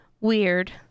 Weird